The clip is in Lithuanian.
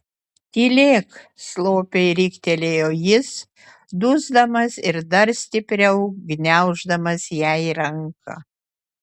tylėk slopiai riktelėjo jis dusdamas ir dar stipriau gniauždamas jai ranką